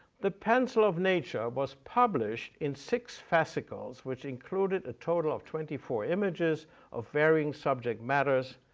the pencil of nature was published in six fascicles, which included a total of twenty four images of varying subject matters.